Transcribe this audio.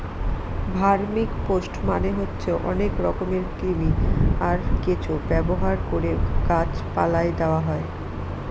vermicompost মানে হচ্ছে অনেক রকমের কৃমি, আর কেঁচো ব্যবহার করে গাছ পালায় দেওয়া হয়